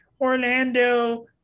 Orlando